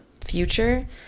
future